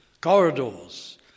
corridors